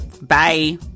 Bye